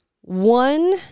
One